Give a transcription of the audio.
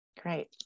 Great